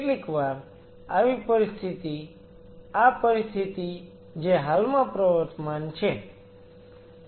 કેટલીકવાર આવી પરિસ્થિતિ આ પરિસ્થિતિ જે હાલમાં પ્રવર્તમાન છે